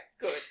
Good